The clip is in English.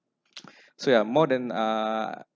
so yeah more than uh